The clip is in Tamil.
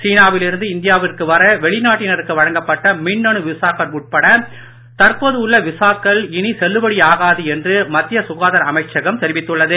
சீனாவில் இருந்து இந்தியாவிற்கு வர வெளிநாட்டினருக்கு வழங்கப்பட்ட மின்னணு விசாக்கள் உட்பட தற்போது உள்ள விசாக்கள் இனிசெல்லுபடியாகாது என்று மத்திய சுகாதார அமைச்சகம் தெரிவித்துள்ளது